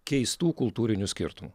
keistų kultūrinių skirtumų